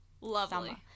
lovely